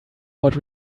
what